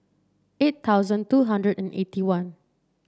eight thousand two hundred and eighty one